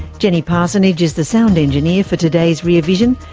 jenny parsonage is the sound engineer for today's rear vision.